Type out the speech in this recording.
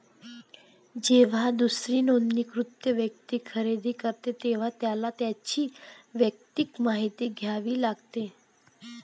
जेव्हा दुसरी नोंदणीकृत व्यक्ती खरेदी करते, तेव्हा त्याला त्याची वैयक्तिक माहिती द्यावी लागते